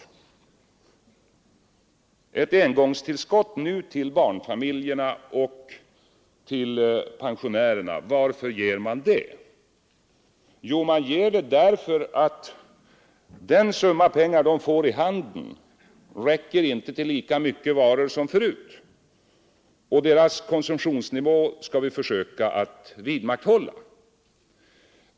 Varför ger man ett engångstillskott nu till barnfamiljerna och pensionärerna? Jo, därför att den summa pengar de för närvarande får inte längre räcker till lika mycket varor som förut, och vi vill försöka vidmakthålla deras konsumtionsnivå.